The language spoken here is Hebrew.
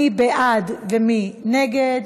מי בעד ומי נגד?